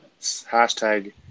Hashtag